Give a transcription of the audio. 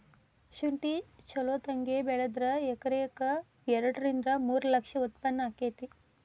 ಸುಂಠಿ ಚಲೋತಗೆ ಬೆಳದ್ರ ಎಕರೆಕ ಎರಡ ರಿಂದ ಮೂರ ಲಕ್ಷ ಉತ್ಪನ್ನ ಅಕೈತಿ